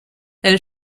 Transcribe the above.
elle